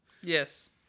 Yes